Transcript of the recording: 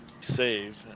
save